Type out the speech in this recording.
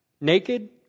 naked